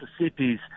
Mississippi's